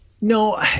No